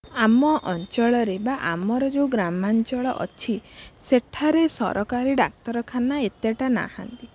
ଆମ ଅଞ୍ଚଳରେ ବା ଆମର ଯେଉଁ ଗ୍ରାମାଞ୍ଚଳ ଅଛି ସେଠାରେ ସରକାରୀ ଡାକ୍ତରଖାନା ଏତେଟା ନାହାଁନ୍ତି